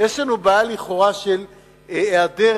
יש לנו בעיה לכאורה של היעדר